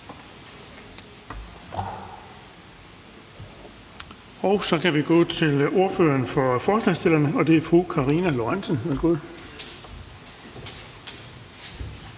Så kan vi gå til ordføreren for forslagsstillerne, og det er fru Karina Lorentzen